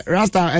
Rasta